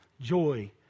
joy